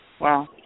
Wow